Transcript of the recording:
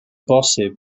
bosib